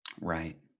Right